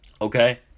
Okay